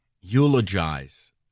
eulogize